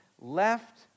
left